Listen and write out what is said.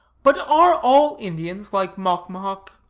but are all indians like mocmohoc